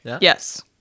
Yes